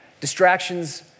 Distractions